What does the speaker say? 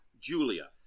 Julia